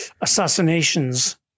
assassinations